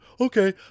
Okay